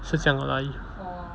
是这样的 lah